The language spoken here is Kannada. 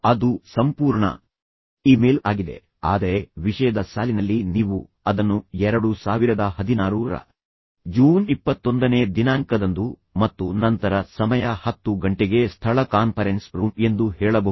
ಅದು ಸಂಪೂರ್ಣ ಇಮೇಲ್ ಆಗಿದೆ ಆದರೆ ವಿಷಯದ ಸಾಲಿನಲ್ಲಿ ನೀವು ಅದನ್ನು 2016 ರ ಜೂನ್ ಇಪ್ಪತ್ತೊಂದನೇ ದಿನಾಂಕದಂದು ಮತ್ತು ನಂತರ ಸಮಯ ಹತ್ತು ಗಂಟೆಗೆ ಸ್ಥಳ ಕಾನ್ಫರೆನ್ಸ್ ರೂಮ್ ಎಂದು ಹೇಳಬಹುದು